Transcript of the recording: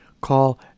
Call